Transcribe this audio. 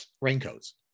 raincoats